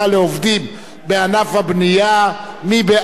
מי בעד, מי נגד, מי נמנע, נא להצביע.